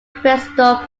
crystal